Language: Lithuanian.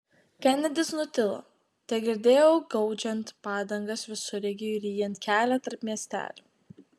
kenedis nutilo tegirdėjau gaudžiant padangas visureigiui ryjant kelią tarp miestelių